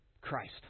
Christ